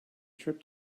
trip